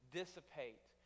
dissipate